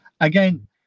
Again